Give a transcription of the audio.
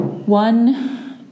One